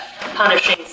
punishing